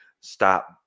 stop